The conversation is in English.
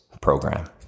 program